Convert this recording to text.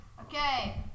Okay